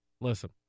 listen